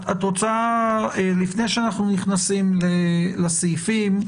לפני שאנחנו נכנסים לסעיפים,